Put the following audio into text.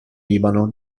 libano